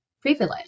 privilege